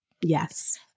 yes